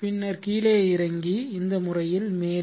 பின்னர் கீழே இறங்கி இந்த முறையில் மேலே